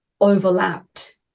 overlapped